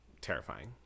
terrifying